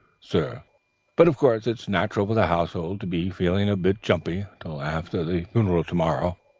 sir but of course it's natural for the household to be feeling a bit jumpy till after the funeral to-morrow.